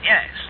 Yes